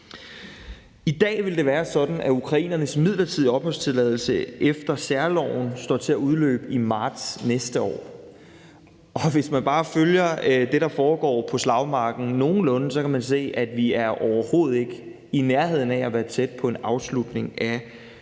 I dag er det sådan, at ukrainernes midlertidige opholdstilladelse efter særloven står til at udløbe i marts næste år. Hvis man bare følger det, der foregår på slagmarken nogenlunde, kan man se, at vi overhovedet ikke er i nærheden af at være tæt på en afslutning af den